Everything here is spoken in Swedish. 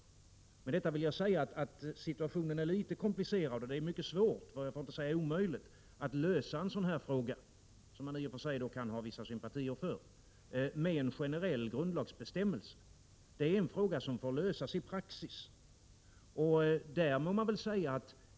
Med detta vill jag säga att situationen är litet komplicerad och att det är svårt, för att inte säga omöjligt, att lösa en sådan här fråga, som man i och för sig kan ha vissa sympatier för, med en generell grundlagsbestämmelse. Det är en fråga som får lösas i praxis.